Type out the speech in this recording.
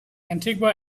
antigua